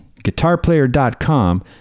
Guitarplayer.com